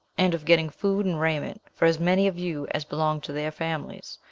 and of getting food and raiment for as many of you as belong to their families,